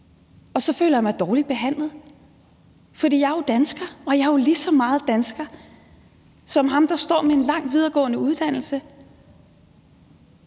Og så føler jeg mig dårligt behandlet, fordi jeg jo er dansker og er lige så meget dansker som ham, der står med en lang videregående uddannelse.